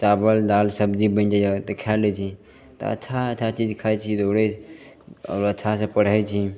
चावल दाल सबजी बनि जाइए तऽ खै लै छी तऽ अच्छा अच्छा चीज खाइ छी तऽ वएह आओर अच्छासे पढ़ै छी